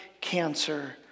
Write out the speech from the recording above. cancer